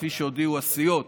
כפי שהודיעו הסיעות: